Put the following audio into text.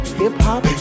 hip-hop